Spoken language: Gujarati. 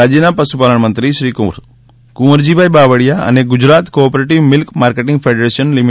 રાજયના પશુપાલન મંત્રી શ્રી કુંવરજીભાઈ બાવળિયા અને Gujarat cooperative milk marketing federation લી